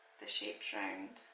the shapes round.